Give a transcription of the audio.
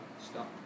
stop